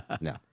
no